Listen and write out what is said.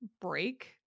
break